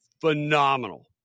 Phenomenal